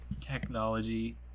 technology